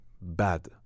bad